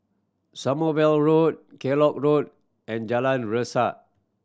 Sommerville Road Kellock Road and Jalan Resak